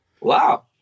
Wow